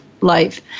life